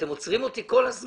אתם עוצרים אותי כל הזמן.